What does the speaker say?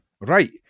right